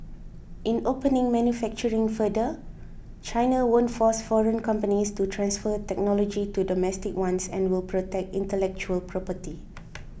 in opening manufacturing further China won't force foreign companies to transfer technology to domestic ones and will protect intellectual property